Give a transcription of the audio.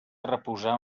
reposar